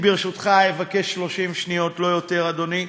ברשותך, אבקש 30 שניות, לא יותר, אדוני.